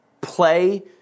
play